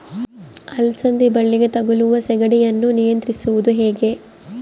ಅಲಸಂದಿ ಬಳ್ಳಿಗೆ ತಗುಲುವ ಸೇಗಡಿ ಯನ್ನು ನಿಯಂತ್ರಿಸುವುದು ಹೇಗೆ?